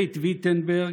בית ויטנברג,